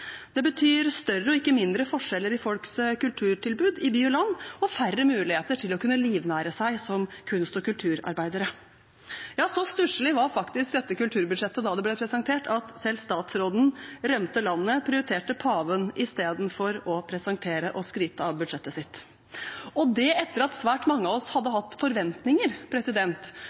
det betyr større og ikke mindre forskjeller i folks kulturtilbud i by og land og færre muligheter til å kunne livnære seg som kunst- og kulturarbeidere. Ja, så stusselig var faktisk dette kulturbudsjettet da det ble presentert, at selv statsråden rømte landet og prioriterte paven istedenfor å presentere og skryte av budsjettet sitt, og det etter at svært mange av oss hadde hatt forventninger.